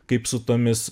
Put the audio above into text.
kaip su tomis